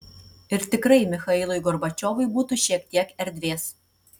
ir tikrai michailui gorbačiovui būtų šiek tiek erdvės